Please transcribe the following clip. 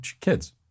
kids